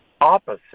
opposite